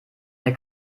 eine